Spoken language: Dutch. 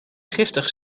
giftig